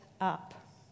up